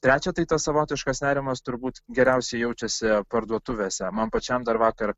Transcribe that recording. trečia tai tas savotiškas nerimas turbūt geriausiai jaučiasi parduotuvėse man pačiam dar vakar